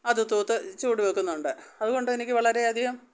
അത് തൂത്ത് ചൂട് വെക്കുന്നുണ്ട് അതുകൊണ്ട് എനിക്ക് വളരേയധികം